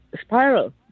spiral